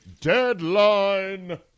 deadline